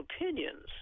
opinions